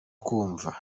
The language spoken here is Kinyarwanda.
kumva